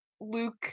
Luke